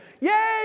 yay